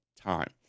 time